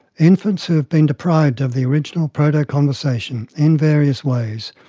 infants who have been deprived of the original proto-conversation, in various ways,